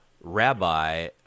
rabbi